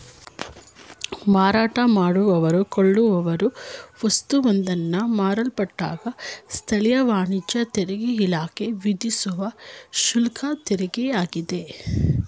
ಮಾರಾಟ ಮಾಡುವವ್ರು ಕೊಳ್ಳುವವ್ರು ವಸ್ತುವೊಂದನ್ನ ಮಾರಲ್ಪಟ್ಟಾಗ ಸ್ಥಳೀಯ ವಾಣಿಜ್ಯ ತೆರಿಗೆಇಲಾಖೆ ವಿಧಿಸುವ ಶುಲ್ಕತೆರಿಗೆಯಾಗಿದೆ